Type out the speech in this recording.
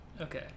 Okay